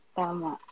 tama